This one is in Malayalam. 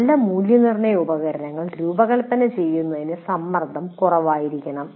നല്ല മൂല്യനിർണ്ണയ ഉപകരണങ്ങൾ രൂപകൽപ്പന ചെയ്യുന്നതിന് സമ്മർദ്ദം കുറവായിരിക്കണം